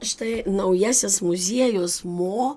štai naujasis muziejus mo